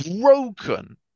broken